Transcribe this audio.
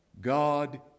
God